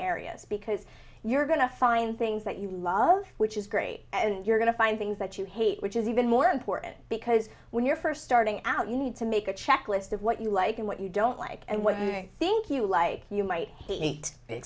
areas because you're going to find things that you love which is great and you're going to find things that you hate which is even more important because when you're first starting out you need to make a checklist of what you like and what you don't like and what you think you like you might eat